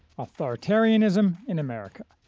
authoritarianism in america,